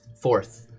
fourth